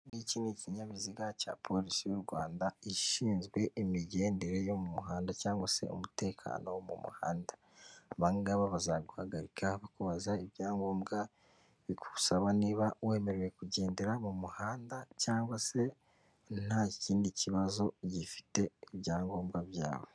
Iki ngiki ni ikinyabiziga cya polisi y'u Rwanda ishinzwe imigendere yo mu muhanda cg se umutekano wo mu muhanda, abangaba bazaguhagarika bakubaza ibyangombwa bikusaba, niba wemerewe kugendera mu muhanda cyangwa se nta kindi kibazo ufite ibyangombwa byawe.